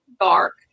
dark